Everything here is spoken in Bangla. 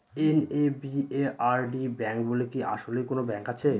এন.এ.বি.এ.আর.ডি ব্যাংক বলে কি আসলেই কোনো ব্যাংক আছে?